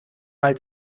mal